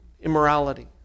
immorality